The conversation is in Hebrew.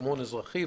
יישומון אזרחי,